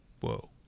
whoa